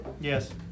Yes